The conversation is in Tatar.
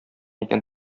икән